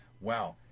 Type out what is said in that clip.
Wow